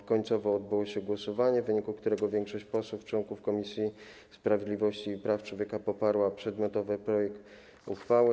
W końcu odbyło się głosowanie, w wyniku którego większość posłów, członków Komisji Sprawiedliwości i Praw Człowieka poparła przedmiotowy projekt ustawy.